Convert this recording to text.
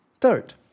Third